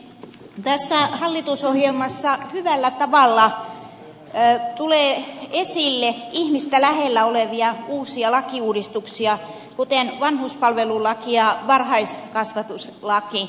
tässä hallitusohjelmassa tulee hyvällä tavalla esille ihmistä lähellä olevia uusia lakiuudistuksia kuten vanhuspalvelulaki ja varhaiskasvatuslaki